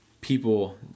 people